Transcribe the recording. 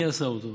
מי עשה אותו?